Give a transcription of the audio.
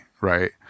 Right